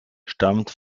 stammt